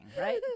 right